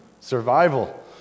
survival